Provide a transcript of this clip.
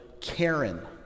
Karen